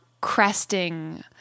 cresting